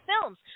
films